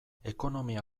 ekonomia